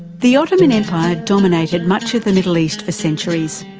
the ottoman empire dominated much of the middle east for centuries,